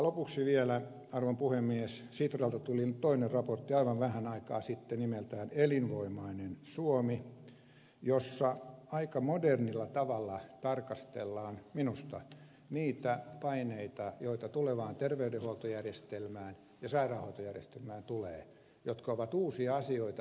lopuksi vielä arvon puhemies sitralta tuli aivan vähän aikaa sitten toinen raportti nimeltään elinvoimainen suomi jossa minusta aika modernilla tavalla tarkastellaan niitä paineita joita tulevaan terveydenhuoltojärjestelmään ja sairaanhoitojärjestelmään tulee ja jotka ovat uusia asioita